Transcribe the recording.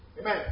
Amen